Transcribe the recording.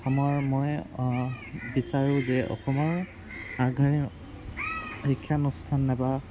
অসমৰ মই বিচাৰোঁ যে অসমৰ আগশাৰীৰ শিক্ষানুষ্ঠান নাইবা